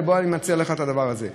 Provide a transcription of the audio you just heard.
ובוא אני מציע לך את הדבר הזה.